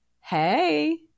hey